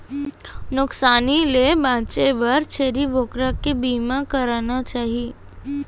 नुकसानी ले बांचे बर छेरी बोकरा के बीमा कराना चाही